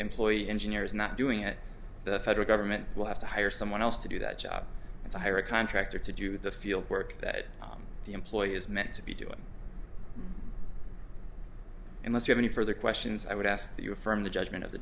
employees engineer is not doing it the federal government will have to hire someone else to do that job and to hire a contractor to do the field work that the employee is meant to be doing unless you have any further questions i would ask that you affirm the judgment of the